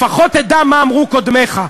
לפחות תדע מה אמרו קודמיך.